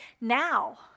now